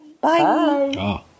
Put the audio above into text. Bye